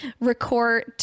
record